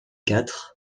quatre